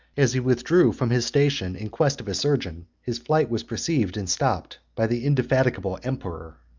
as he withdrew from his station in quest of a surgeon, his flight was perceived and stopped by the indefatigable emperor.